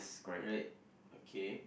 correct okay